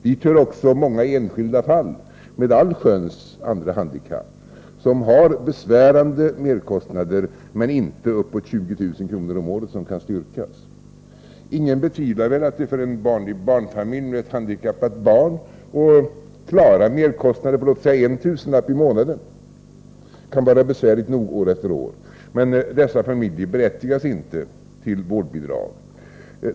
Dit hör också många enskilda fall med allsköns andra handikapp och med besvärande merkostnader, men inte kostnader uppåt 20 000 kr. om året som kan styrkas. Ingen betvivlar väl att det för en vanlig barnfamilj med ett handikappat barn och med klara merkostnader på låt oss säga en tusenlapp i månaden kan vara besvärligt nog år efter år. Men dessa familjer berättigas inte till vårdbidrag.